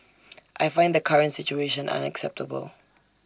I find the current situation unacceptable